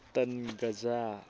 ꯇꯟ ꯒꯖꯥ